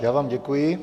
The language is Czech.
Já vám děkuji.